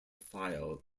file